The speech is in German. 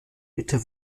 bitte